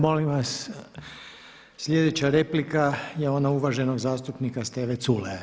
Molim vas sljedeća replika je ona uvaženog zastupnika Steve Culeja.